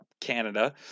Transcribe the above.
Canada